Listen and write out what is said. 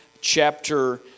chapter